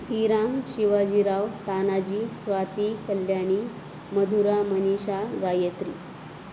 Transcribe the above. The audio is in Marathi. श्रीराम शिवाजीराव तानाजी स्वाती कल्यानी मधुरा मनीषा गायत्री